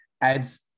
adds